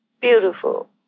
beautiful